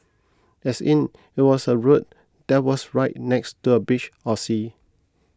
as in it was a road that was right next to a beach or sea